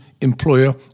employer